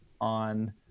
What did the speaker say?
on